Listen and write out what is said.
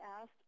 asked